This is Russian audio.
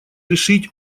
решить